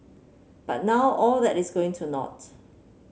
but now all that is going to naught